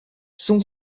son